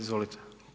Izvolite.